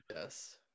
Yes